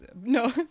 no